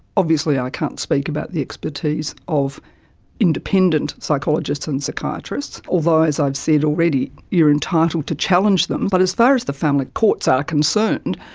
obviously i can't speak about the expertise of independent psychologists and psychiatrists, although, as i've said already, you are entitled to challenge them. but as far as the family courts are concerned,